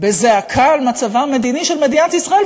בזעקה על מצבה המדיני של מדינת ישראל,